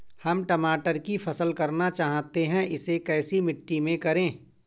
हम टमाटर की फसल करना चाहते हैं इसे कैसी मिट्टी में करें?